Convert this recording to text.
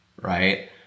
right